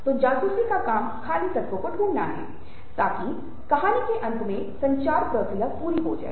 तो जासूसी का काम खली तत्वों को ढूंढना है ताकि कहानी के अंत में संचार प्रक्रिया पूरी हो जाए